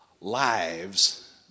lives